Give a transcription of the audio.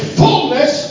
fullness